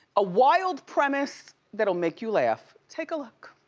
a wild premise that'll make you laugh. take a look.